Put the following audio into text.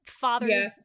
father's